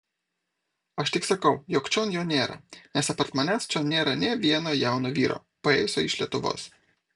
aš tik sakau jog čion jo nėra nes apart manęs čion nėra nė vieno jauno vyro paėjusio iš lietuvos